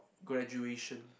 graduation